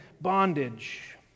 bondage